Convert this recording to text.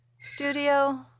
studio